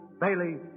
Bailey